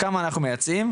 כמה אנחנו מייצאים,